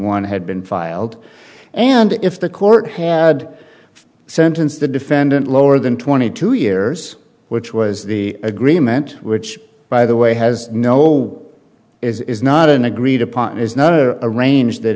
one had been filed and if the court had sentenced the defendant lower than twenty two years which was the agreement which by the way has no is not an agreed upon is not a range that